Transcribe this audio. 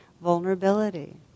vulnerability